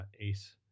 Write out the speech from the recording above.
Ace